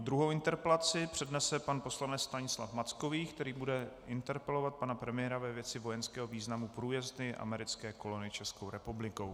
Druhou interpelaci přednese pan poslanec Stanislav Mackovík, který bude interpelovat pana premiéra ve věci vojenského významu průjezdu americké kolony Českou republikou.